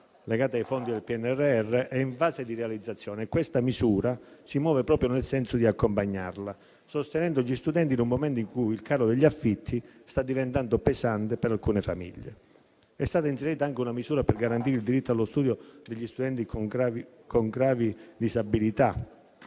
legata ai fondi del PNRR, è in fase di realizzazione e questa misura si muove proprio nel senso di accompagnarla, sostenendo gli studenti in un momento in cui il caro degli affitti sta diventando pesante per alcune famiglie. È stata inserita anche una misura per garantire il diritto allo studio degli studenti con gravi disabilità,